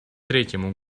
третьему